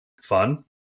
fun